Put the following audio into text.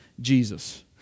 Jesus